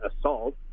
assault